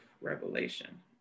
revelation